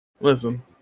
Listen